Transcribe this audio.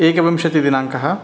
एकविंशतिदिनाङ्कः